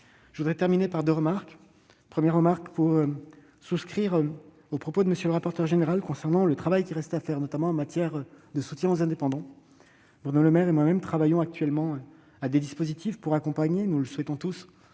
Je veux terminer par deux remarques. Premièrement, je souscris aux propos de M. le rapporteur général concernant le travail qui reste à faire, notamment en matière de soutien aux travailleurs indépendants. Bruno Le Maire et moi-même travaillons actuellement à des dispositifs pour accompagner la sortie du